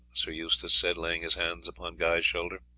sir eustace said, laying his hand upon guy's shoulder.